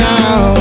now